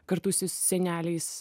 kartu su seneliais